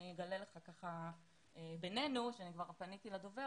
אגלה לך בינינו שאני כבר פניתי לדובר